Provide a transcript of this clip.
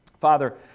Father